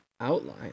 outline